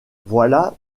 voilà